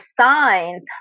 signs